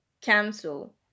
cancel